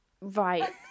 Right